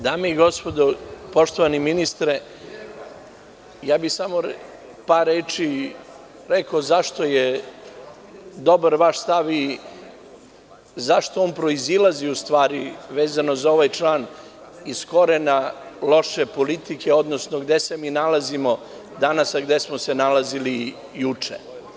Dame i gospodo, poštovani ministre, samo bih par reči rekao zašto je dobar vaš stav i zašto on proizilazi, vezano za ovaj član, iz korena loše politike, odnosno gde se mi nalazimo danas, a gde smo se nalazili juče.